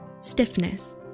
Stiffness